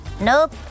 Nope